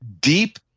deep